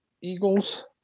Eagles